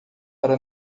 para